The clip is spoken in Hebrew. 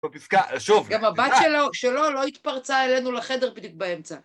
בפסקה, שוב...גם הבת שלו לא התפרצה אלינו לחדר בדיוק באמצע